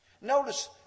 Notice